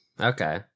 okay